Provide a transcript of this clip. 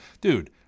Dude